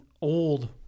old